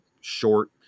short